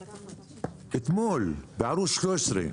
אתמול, בערוץ 13,